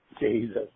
Jesus